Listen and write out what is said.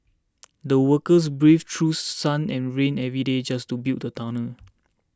the workers braved through sun and rain every day just to build the tunnel